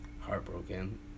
heartbroken